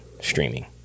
streaming